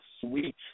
sweet